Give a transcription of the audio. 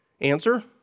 Answer